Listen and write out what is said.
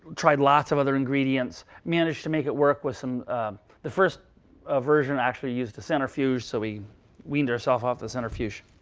tried lots of other ingredients, managed to make it work with some the first ah version actually used a centrifuge. so we weaned ourselves off the centrifuge.